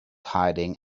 hiding